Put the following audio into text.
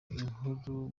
inkuru